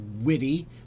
witty